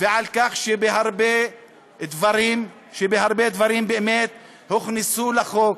ועל כך שהרבה דברים באמת הוכנסו לחוק.